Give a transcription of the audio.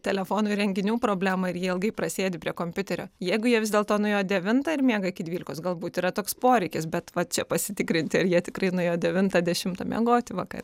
telefonų įrenginių problemą ir jie ilgai prasėdi prie kompiuterio jeigu jie vis dėlto nuėjo devintą ir miega iki dvylikos galbūt yra toks poreikis bet vat čia pasitikrinti ar jie tikrai nuėjo devintą dešimtą miegoti vakare